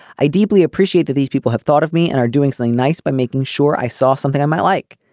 i deeply appreciate that these people have thought of me and are doing something nice by making sure i saw something i might like.